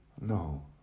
no